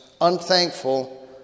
unthankful